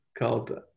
called